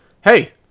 hey